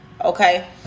okay